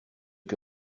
que